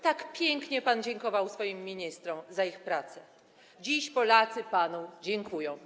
Tak pięknie pan dziękował swoim ministrom za ich pracę, dziś Polacy dziękują panu.